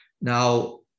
Now